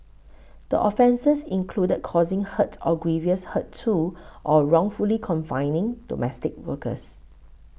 the offences included causing hurt or grievous hurt to or wrongfully confining domestic workers